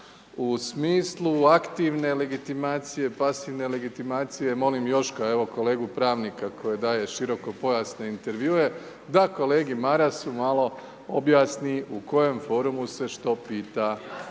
u smislu aktivne legitimacije, pasivne legitimacije, molim Joška, evo kolegu pravnika koji daje širokopojasne intervjue da kolegi Marasu malo objasni u kojem forumu se što pita.